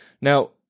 now